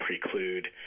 preclude